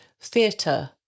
theatre